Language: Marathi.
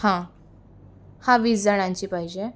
हा हा वीस जणांची पाहिजे